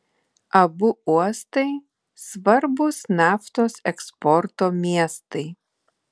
abu uostai svarbūs naftos eksporto miestai